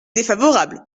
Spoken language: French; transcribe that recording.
défavorable